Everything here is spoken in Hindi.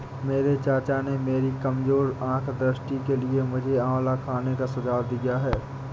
मेरे चाचा ने मेरी कमजोर आंख दृष्टि के लिए मुझे आंवला खाने का सुझाव दिया है